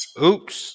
Oops